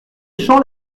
champs